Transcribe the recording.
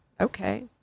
okay